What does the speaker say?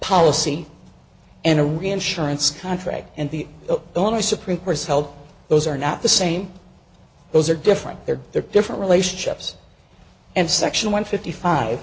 policy and a reinsurance contract and the only supreme court's help those are not the same those are different there they're different relationships and section one fifty five